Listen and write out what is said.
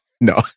no